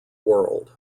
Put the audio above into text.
world